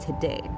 today